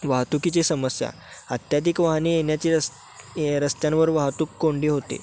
वाहतुकीची समस्या अत्याधिक वाहने येण्याचे रस् ए रस्त्यांवर वाहतूक कोंडी होते